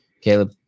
caleb